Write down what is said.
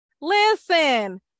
listen